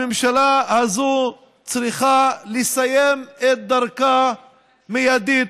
הממשלה הזאת צריכה לסיים את דרכה מיידית,